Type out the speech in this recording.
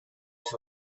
most